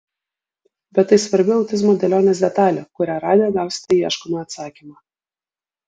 bet tai svarbi autizmo dėlionės detalė kurią radę gausite ieškomą atsakymą